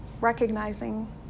Recognizing